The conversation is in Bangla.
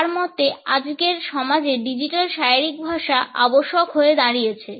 তাঁর মতে আজকের সমাজে ডিজিটাল শারীরিক ভাষা আবশ্যক হয়ে দাঁড়িয়েছে